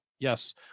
yes